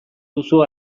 duzu